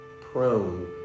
prone